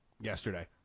yesterday